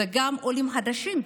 וגם עולים חדשים.